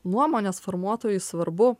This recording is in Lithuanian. nuomonės formuotojui svarbu